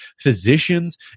physicians